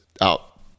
out